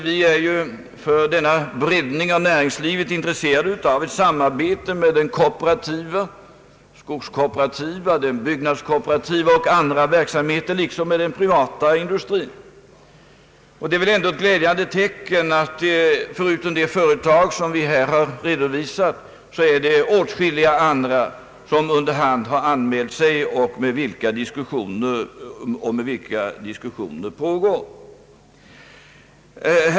Vi är för denna breddning av näringslivet intresserade av ett samarbete med den skogskooperativa, den byggnadskooperativa och andra verksamheter liksom med den privata industrin. Det är väl ändå ett glädjande tecken, att förutom de företag, som vi här har redovisat, åtskilliga andra företag har anmält sig, med vilka diskussioner nu pågår.